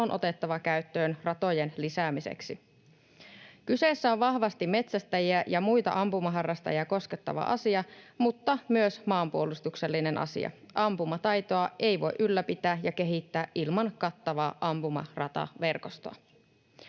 on otettava käyttöön ratojen lisäämiseksi. Kyseessä on vahvasti metsästäjiä ja muita ampumaharrastajia koskettava asia mutta myös maanpuolustuksellinen asia. Ampumataitoa ei voi ylläpitää ja kehittää ilman kattavaa ampumarataverkostoa.